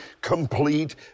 complete